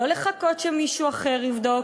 לא לחכות שמישהו אחר יבדוק.